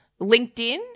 LinkedIn